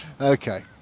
Okay